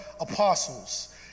apostles